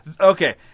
Okay